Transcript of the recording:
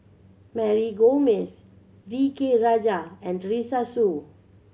Mary Gomes V K Rajah and Teresa Hsu